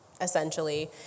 essentially